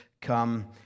come